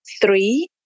three